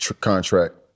contract